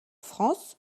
france